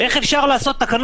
נכון, אבל אי אפשר לכתוב "למעט